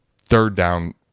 third-down